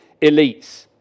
elites